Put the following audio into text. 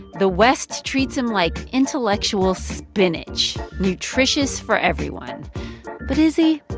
the west treats him like intellectual spinach nutritious for everyone but is he?